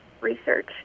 research